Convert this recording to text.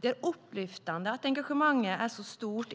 Det är upplyftande att engagemanget är så stort